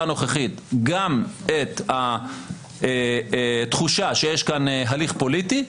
הנוכחית גם את התחושה שיש כאן הליך פוליטי,